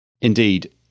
Indeed